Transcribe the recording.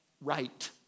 right